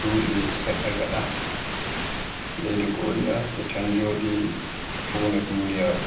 duɓi seɗɗa gaɗa. Leydi Korea e ton joɗi funa duniyaaru,